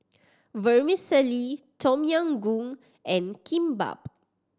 Vermicelli Tom Yam Goong and Kimbap